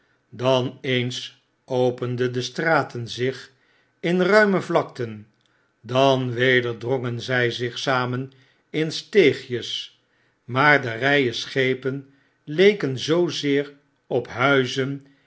dan eens openden de straten zich in ruime vlakten dan weder drongen zjj zich samen in steegjes maar de rgen schepen leken zoozeer op huizen